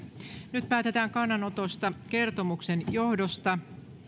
nyt päätetään kannanotosta kertomuksen johdosta